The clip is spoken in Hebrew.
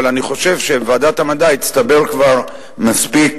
אבל אני חושב שלוועדת המדע הצטבר כבר מספיק